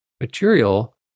material